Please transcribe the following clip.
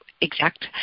exact